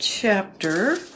chapter